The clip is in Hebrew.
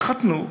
יתחתנו,